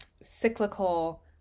cyclical